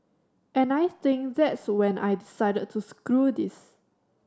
and I think that's when I decided to screw this